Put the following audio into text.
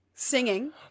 Singing